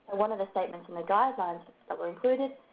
one of the statements in the guidelines that were included,